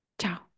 Ciao